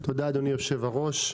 תודה, אדוני היושב בראש.